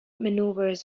maneuvers